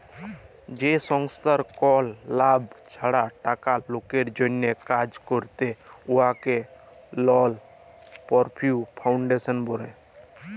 যে সংস্থার কল লাভ ছাড়া টাকা লকের জ্যনহে কাজ ক্যরে উয়াকে লল পরফিট ফাউল্ডেশল ব্যলে